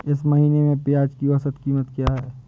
इस महीने में प्याज की औसत कीमत क्या है?